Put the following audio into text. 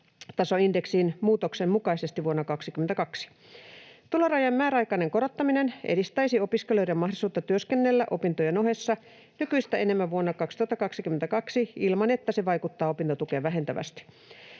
ansiotasoindeksin muutoksen mukaisesti vuonna 22. Tulorajojen määräaikainen korottaminen edistäisi opiskelijoiden mahdollisuutta työskennellä opintojen ohessa nykyistä enemmän vuonna 2022 ilman että se vaikuttaa opintotukeen vähentävästi.